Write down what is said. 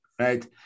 Right